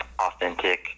authentic